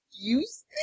use